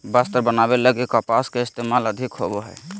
वस्त्र बनावे लगी कपास के इस्तेमाल अधिक होवो हय